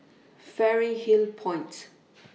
Fairy Hill Point